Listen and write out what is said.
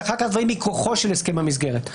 זה מכוחו של הסכם המסגרת.